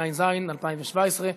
התשע"ז 2017,